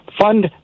fund